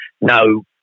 no